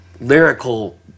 lyrical